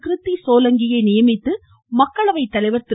கிருத்திசோலாங்கியை நியமித்து மக்களவை தலைவர் திரு